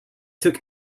took